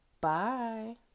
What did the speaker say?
Bye